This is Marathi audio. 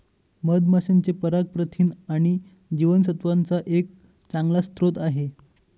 मधमाशांचे पराग प्रथिन आणि जीवनसत्त्वांचा एक चांगला स्रोत आहे